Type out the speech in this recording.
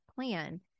plan